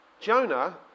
Jonah